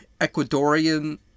Ecuadorian